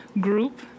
group